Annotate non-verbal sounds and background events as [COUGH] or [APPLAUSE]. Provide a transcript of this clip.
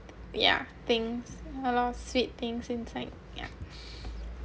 yeah things a lot of sweet things in thing ya [BREATH]